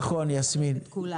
נכון, יסמין.